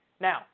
Now